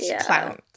clowns